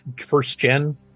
first-gen